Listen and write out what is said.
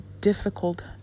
difficult